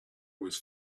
was